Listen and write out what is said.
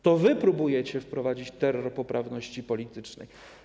To wy próbujecie wprowadzić terror poprawności politycznej.